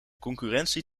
concurrentie